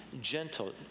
gentle